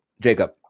Jacob